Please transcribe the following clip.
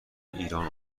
ایران